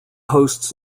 hosts